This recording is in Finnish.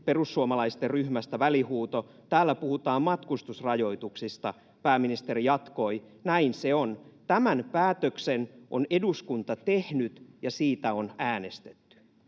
Perussuomalaisten ryhmästä välihuuto: ”Täällä puhutaan matkustusrajoituksista.” Pääministeri jatkoi: ”Näin se on. Tämän päätöksen on eduskunta tehnyt ja siitä on äänestetty.”